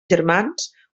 germans